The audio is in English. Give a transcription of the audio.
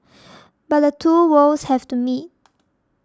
but the two worlds have to meet